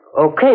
Okay